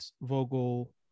Vogel